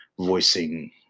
voicing